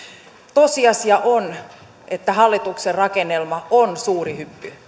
tosiasia on että hallituksen rakennelma on suuri